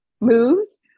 moves